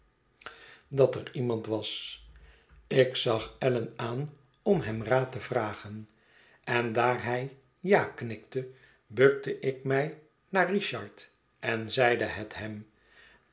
ik zag allan aan om hem raad te vragen en daar hij ja knikte bukte ik mij naar richard en zeide het hem